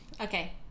Okay